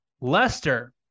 Leicester